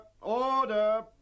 Order